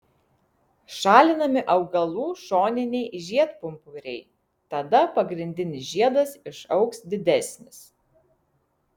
šalinami augalų šoniniai žiedpumpuriai tada pagrindinis žiedas išaugs didesnis